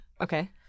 Okay